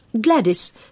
Gladys